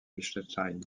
liechtenstein